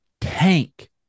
tank